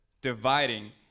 Dividing